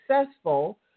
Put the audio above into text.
successful